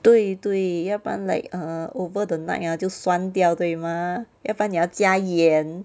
对对要不然 like err over the night ah 就酸掉对吗要不然你要加盐